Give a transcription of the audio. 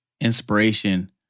inspiration